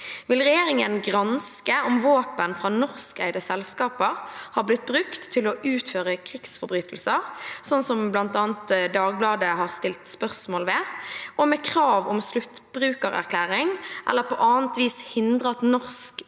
Vil regjeringen granske om våpen fra norskeide selskaper har blitt brukt til å utføre krigsforbrytelser, slik blant annet Dagbladet har stilt spørsmål ved, og med krav om sluttbrukererklæring eller på annet vis hindre at norskproduserte